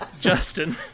Justin